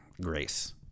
grace